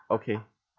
okay